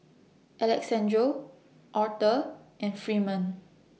Alexandro Aurthur and Freeman